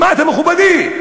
שמעת, מכובדי?